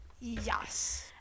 Yes